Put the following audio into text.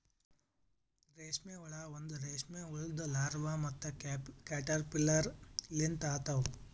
ರೇಷ್ಮೆ ಹುಳ ಒಂದ್ ರೇಷ್ಮೆ ಹುಳುದು ಲಾರ್ವಾ ಮತ್ತ ಕ್ಯಾಟರ್ಪಿಲ್ಲರ್ ಲಿಂತ ಆತವ್